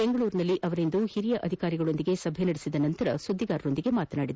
ಬೆಂಗಳೂರಿನಲ್ಲಿಂದು ಹಿರಿಯ ಅಧಿಕಾರಿಗಳೊಂದಿಗೆ ಸಭೆ ನಡೆಸಿದ ನಂತರ ಸಚಿವರು ಸುದ್ದಿಗಾರರೊಂದಿಗೆ ಮಾತನಾಡಿದರು